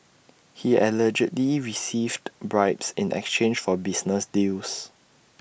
he allegedly received bribes in exchange for business deals